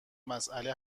مسئله